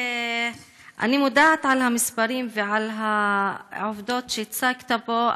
אני מודעת למספרים ולעובדות שהצגת פה,